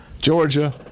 Georgia